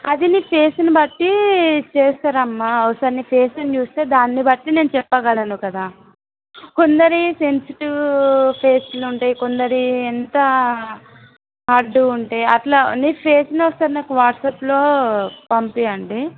అది నీ ఫెసుని బట్టి చేస్తారు అమ్మ ఒకసారి నీ ఫెసుని చూస్తే దాన్ని బట్టి నేను చెప్పగలను కదా కొందరివి సెన్సిటివ్ ఫెసులు ఉంటాయి కొందరివి ఎంత హార్డ్గా ఉంటాయి అట్లా నీ ఫెసుని ఒకసారి వాట్సాప్లో పంపీయండి